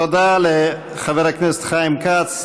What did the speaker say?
תודה לחבר הכנסת חיים כץ,